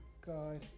God